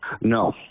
No